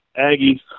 Aggies